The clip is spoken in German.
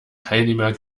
teilnehmer